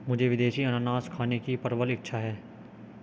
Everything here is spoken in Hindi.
मुझे विदेशी अनन्नास खाने की प्रबल इच्छा है